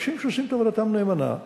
אנשים שעושים את עבודתם נאמנה,